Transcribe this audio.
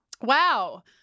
wow